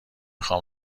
خوام